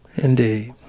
indeed